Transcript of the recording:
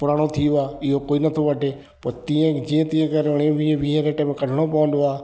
पुराणो थी वियो आहे इहो कोई न थो वठे पोइ तीअं जीअं करे उणिवीह वीह करे में कढिणो पवंदो आहे